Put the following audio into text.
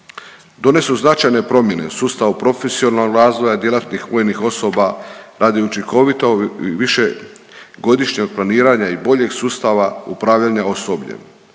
Donose značajne promjene u sustavu profesionalnog razvoja djelatnih vojnih osoba radi učinkovito višegodišnjeg planiranja i boljeg sustav upravljanja osobljem.